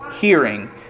hearing